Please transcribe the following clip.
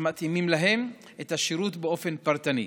המתאימים להם את השירות באופן פרטני.